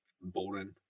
boring